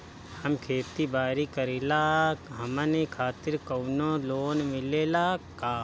हम खेती बारी करिला हमनि खातिर कउनो लोन मिले ला का?